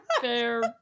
Fair